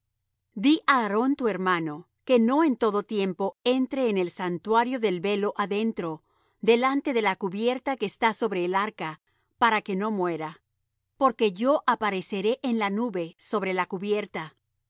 di á aarón tu hermano que no en todo tiempo entre en el santuario del velo adentro delante de la cubierta que está sobre el arca para que no muera porque yo apareceré en la nube sobre la cubierta